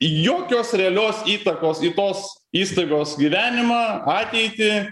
jokios realios įtakos į tos įstaigos gyvenimą ateitį